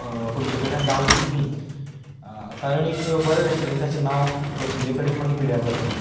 तुमचे कडल्यान जावची न्हय कारण एक बऱ्या रेस्टोरंटाचें नांव बशिल्ले कडेन मागीर पिड्ड्यार जातलें